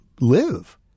live